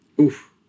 Oof